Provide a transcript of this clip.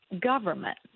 government